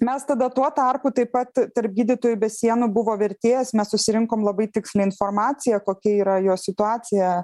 mes tada tuo tarpu taip pat tarp gydytojų be sienų buvo vertėjas mes susirinkom labai tikslią informaciją kokia yra jo situacija